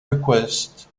requests